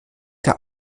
der